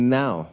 now